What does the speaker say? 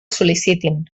sol·licitin